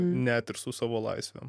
net ir su savo laisvėm